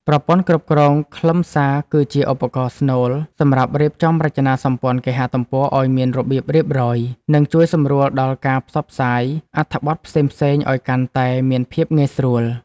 ប្រព័ន្ធគ្រប់គ្រងខ្លឹមសារគឺជាឧបករណ៍ស្នូលសម្រាប់រៀបចំរចនាសម្ព័ន្ធគេហទំព័រឱ្យមានរបៀបរៀបរយ និង ជួយសម្រួលដល់ការផ្សព្វផ្សាយអត្ថបទផ្សេងៗឱ្យកាន់តែមានភាពងាយស្រួល។